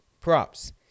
props